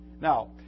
Now